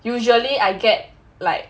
usually I get like